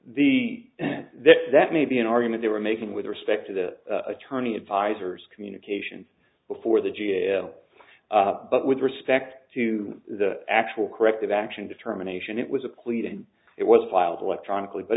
that the that may be an argument they were making with respect to the attorney advisers communications before the g a o but with respect to the actual corrective action determination it was a clean and it was filed electronically but